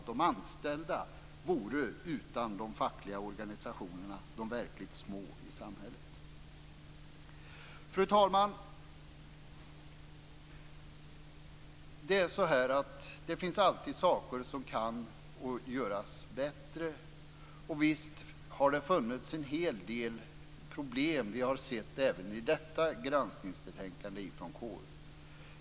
De anställda vore utan de fackliga organisationerna de verkligt små i samhället. Fru talman! Det finns alltid saker som kan göras bättre. Visst har det funnits en hel del problem. Vi har sett det även i detta granskningsbetänkande från KU.